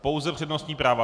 Pouze přednostní práva.